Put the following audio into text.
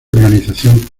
organización